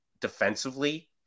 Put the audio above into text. defensively